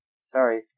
Sorry